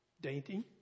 dainty